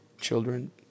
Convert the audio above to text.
children